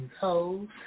hoes